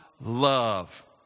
love